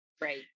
Right